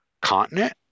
continent